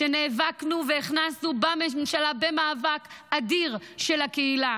שנאבקנו והכנסנו לממשלה במאבק אדיר של הקהילה.